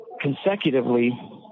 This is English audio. consecutively